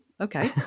Okay